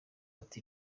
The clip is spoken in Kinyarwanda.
bata